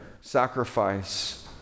sacrifice